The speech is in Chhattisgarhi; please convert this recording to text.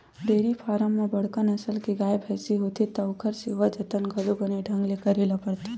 डेयरी फारम म बड़का नसल के गाय, भइसी होथे त ओखर सेवा जतन घलो बने ढंग ले करे ल परथे